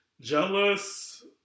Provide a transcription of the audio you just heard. Jealous